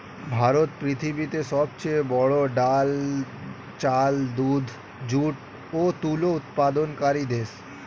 ভারত পৃথিবীতে সবচেয়ে বড়ো ডাল, চাল, দুধ, যুট ও তুলো উৎপাদনকারী দেশ